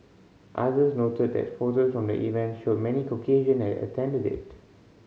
others noted that photos from the event showed many Caucasian had attended it